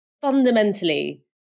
fundamentally